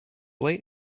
late